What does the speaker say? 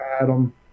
Adam